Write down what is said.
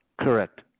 Correct